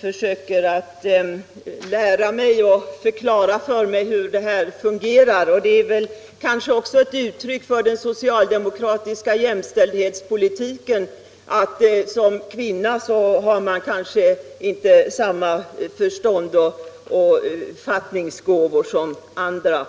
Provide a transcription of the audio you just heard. försöker lära mig och förklara för mig hur detta fungerar. Det är möjligen också ett uttryck för den socialdemokratiska jämställdhetspolitiken — att som kvinna har man kanske inte samma förstånd och fattningsgåvor som andra.